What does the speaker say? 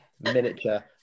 miniature